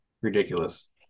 ridiculous